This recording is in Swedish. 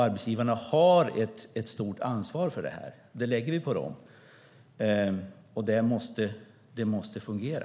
Arbetsgivarna har ett stort ansvar för det här - det lägger vi på dem - och det måste fungera.